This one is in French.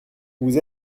vous